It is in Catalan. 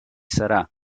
serà